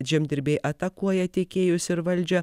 žemdirbiai atakuoja tiekėjus ir valdžią